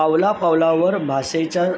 पावला पावलावर भाषेच्या